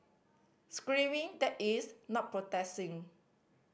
screaming that is not protesting